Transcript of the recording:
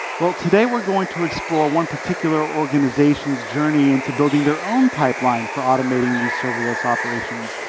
well, today, we're going to explore one particular organization's journey into building their own pipeline for automating these serverless operations,